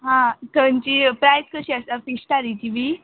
आं थंची प्रायस कशी आसा फीश थालीची बी